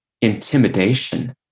intimidation